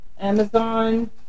Amazon